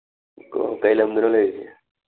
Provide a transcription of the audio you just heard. ꯑꯣ ꯀꯔꯤ ꯂꯝꯗꯅꯣ ꯂꯩꯔꯤꯁꯦ